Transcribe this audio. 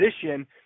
position